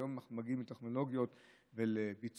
היום אנחנו מגיעים לטכנולוגיות ולביצועים